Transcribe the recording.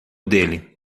dele